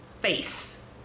face